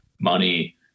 money